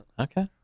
Okay